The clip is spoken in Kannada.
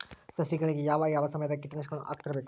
ಸಸಿಗಳಿಗೆ ಯಾವ ಯಾವ ಸಮಯದಾಗ ಕೇಟನಾಶಕಗಳನ್ನು ಹಾಕ್ತಿರಬೇಕು?